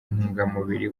ntungamubiri